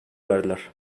verdiler